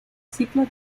ciclo